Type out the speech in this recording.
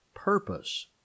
purpose